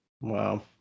Wow